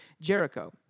Jericho